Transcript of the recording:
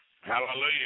Hallelujah